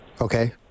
Okay